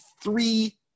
three